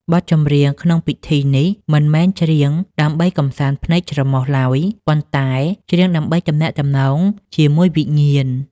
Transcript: បទចម្រៀងក្នុងពិធីនេះ មិនមែនច្រៀងដើម្បីកម្សាន្តភ្នែកច្រមុះឡើយ ប៉ុន្តែច្រៀងដើម្បីទំនាក់ទំនងជាមួយវិញ្ញាណ។